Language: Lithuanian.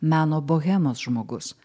meno bohemos žmogus